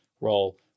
role